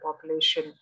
population